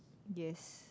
yes